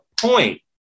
point